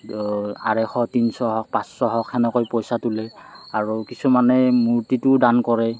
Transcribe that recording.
আঢ়ৈশ তিনশ হওক পাঁচশ তেনেকৈ পইচা তোলে আৰু কিছুমানে মূৰ্তিটো দান কৰে